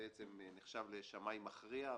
שנחשב לשמאי מכריע.